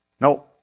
No